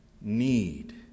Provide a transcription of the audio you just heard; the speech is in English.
need